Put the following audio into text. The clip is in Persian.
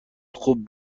خوب